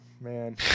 man